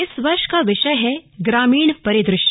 इस वर्ष का विषय है ग्रामीण परिदृश्य